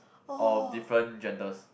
of different genders